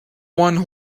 one